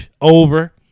Over